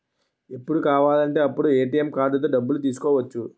ఎప్పుడు కావాలంటే అప్పుడు ఏ.టి.ఎం కార్డుతో డబ్బులు తీసుకోవచ్చు